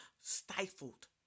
stifled